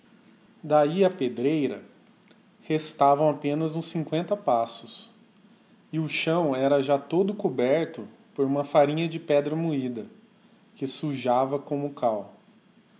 d'ahi á pedreira restavam apenas uns cincoenta passos e o chão era já todo coberto por uma farinha de pedra moida que sujava como cal